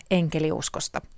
enkeliuskosta